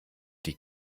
die